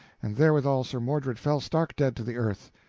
and therewithal sir mordred fell stark dead to the earth.